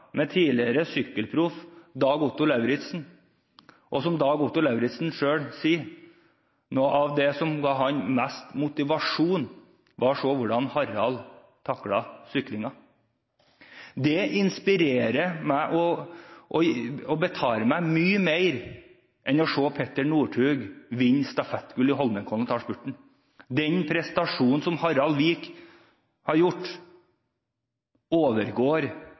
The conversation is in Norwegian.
med tidligere sykkelproff Dag Otto Lauritzen. Og som Dag Otto Lauritzen selv sier: Noe av det som ga ham mest motivasjon, var å se hvordan Harald taklet syklingen. Det inspirerer meg og betar meg mye mer enn å se Petter Northug vinne stafettgull i Holmenkollen og ta spurten. Den prestasjonen som Harald Vik har gjort, overgår